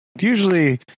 Usually